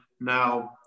Now